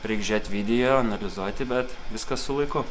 reik žiūrėt video analizuoti bet viskas su laiku